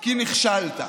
כי נכשלת.